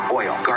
oil